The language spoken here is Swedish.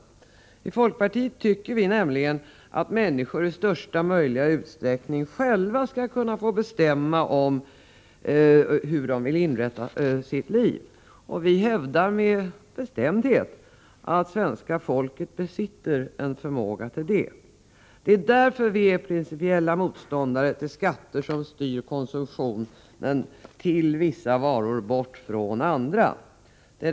Vi i folkpartiet tycker att människor i största möjliga utsträckning själva skall få bestämma om hur de vill inrätta sina liv. Vi hävdar med bestämdhet att svenska folket besitter den förmågan. Det är därför vi är principella motståndare mot skatter som styr konsumtionen till vissa varor och bort från andra.